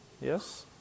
yes